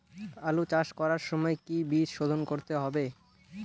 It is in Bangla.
আলু চাষ করার সময় কি বীজ শোধন করতে হবে?